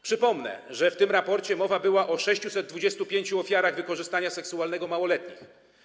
Przypomnę, że w tym raporcie mowa była o 625 ofiarach wykorzystania seksualnego małoletnich.